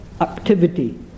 activity